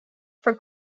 for